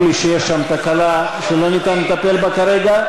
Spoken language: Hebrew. לי שיש שם תקלה שלא ניתן לטפל בה כרגע.